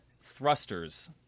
thrusters